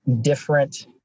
different